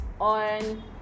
on